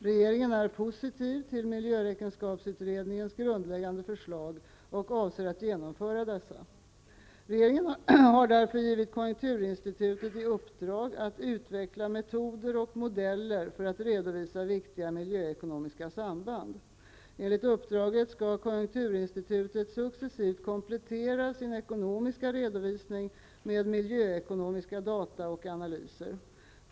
Regeringen är positiv till miljöräkenskapsutredningens grundläggande förslag och avser att genomföra dessa. Regeringen har därför givit konjunkturinstitutet i uppdrag att utveckla metoder och modeller för att redovisa viktiga miljöekonomiska samband. Enligt uppdraget skall konjunkturinstitutet successivt komplettera sin ekonomiska redovisning med miljöekonomiska data och analyser.